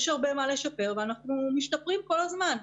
יש הרבה מה לשפר ואנחנו משתפרים כל הזמן.